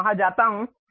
मैं वहाँ जाता हू